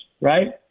right